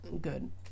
good